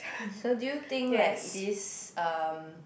so do you think like this um